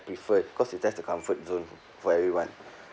prefer it cause you test the comfort zone for everyone